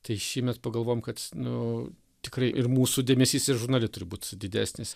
tai šiemet pagalvojom kad nu tikrai ir mūsų dėmesys ir žurnale turi būt didesnis